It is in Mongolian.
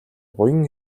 буян